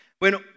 Bueno